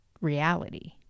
reality